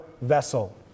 vessel